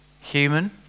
Human